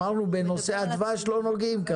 אמרנו שבנושא הדבש לא נוגעים.